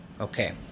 Okay